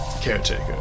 caretaker